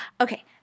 Okay